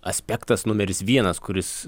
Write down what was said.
aspektas numeris vienas kuris